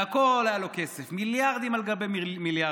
להכול היה לו כסף, מיליארדים על גבי מיליארדים.